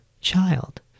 child